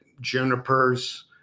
junipers